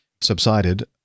subsided